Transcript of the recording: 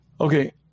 Okay